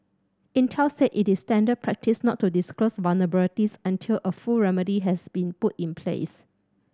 Intel said it is standard practice not to disclose vulnerabilities until a full remedy has been put in place